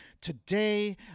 Today